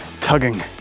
tugging